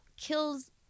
kills